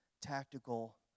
tactical